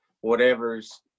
whatever's